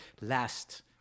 last